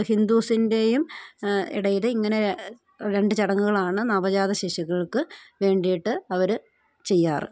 ഹിന്ദൂസിൻ്റെയും ഇടയില് ഇങ്ങനെ രണ്ട് ചടങ്ങുകളാണ് നവജാതശിശുകൾക്ക് വേണ്ടിയിട്ട് അവര് ചെയ്യാറ്